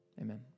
Amen